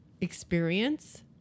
experience